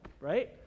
right